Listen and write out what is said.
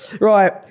Right